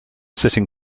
sitting